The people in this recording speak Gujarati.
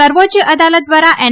સર્વોચ્ય અદાલત દ્વારા એન